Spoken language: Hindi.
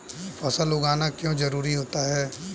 फसल उगाना क्यों जरूरी होता है?